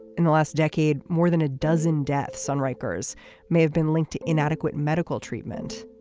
in the last decade more than a dozen deaths on rikers may have been linked to inadequate medical treatment.